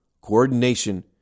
coordination